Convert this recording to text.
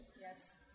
Yes